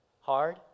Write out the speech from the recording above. hard